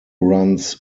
runs